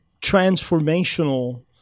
transformational